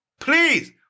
Please